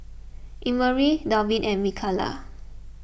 Emery Dalvin and Mikaila